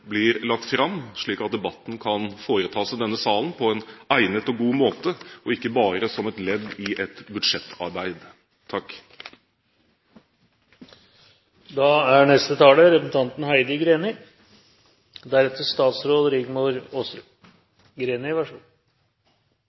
blir lagt fram slik at debatten kan tas i denne salen på en egnet og god måte, og ikke bare som et ledd i et budsjettarbeid.